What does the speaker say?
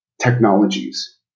technologies